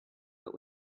but